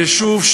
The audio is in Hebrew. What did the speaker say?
ושוב,